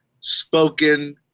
spoken